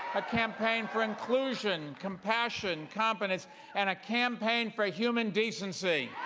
a campaign for inclusion, compassion, confidence and a campaign for human decency.